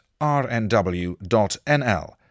rnw.nl